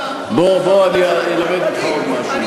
אני אלמד אותך עוד משהו,